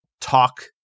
talk